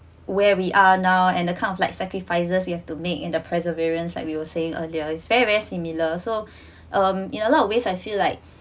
where we are now and the kind of like sacrifices you have to make in the perseverance like we were saying earlier is very very similar so um you know a lot of ways I feel like